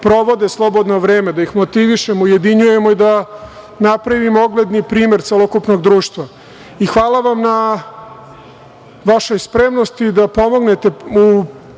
provode slobodno vreme, da ih motivišemo, ujedinjujemo i da napravimo ogledni primer celokupnog društva. Hvala vam na vašoj spremnosti da pomognete u